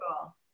Cool